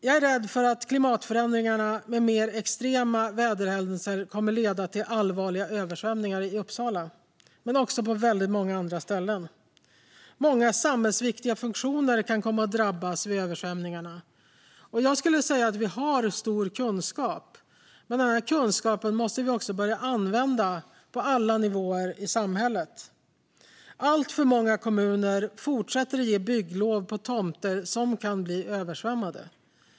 Jag är rädd att klimatförändringarna, med mer extrema väderhändelser, kommer att leda till allvarliga översvämningar i Uppsala - men också på väldigt många andra ställen. Många samhällsviktiga funktioner kan komma att drabbas vid översvämningarna. Jag skulle säga att vi har stor kunskap men att vi också måste börja använda denna kunskap på alla nivåer i samhället. Alltför många kommuner fortsätter att ge bygglov på tomter som kan bli översvämmade.